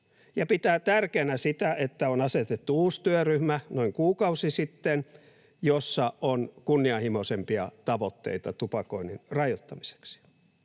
pitää tärkeänä sitä, että noin kuukausi sitten on asetettu uusi työryhmä, jossa on kunnianhimoisempia tavoitteita tupakoinnin rajoittamiseksi.